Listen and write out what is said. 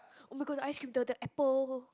[oh]-my-god ice cream the the apple